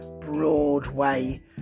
Broadway